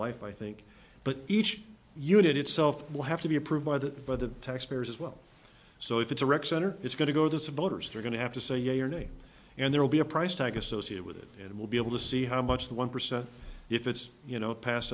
life i think but each unit itself will have to be approved by the by the taxpayers as well so if it's a rec center it's going to go that's of voters they're going to have to say yay or nay and there will be a price tag associated with it and we'll be able to see how much the one percent if it's you know pass